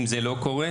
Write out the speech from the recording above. אם זה לא קורה,